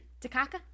Takaka